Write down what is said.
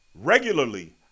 regularly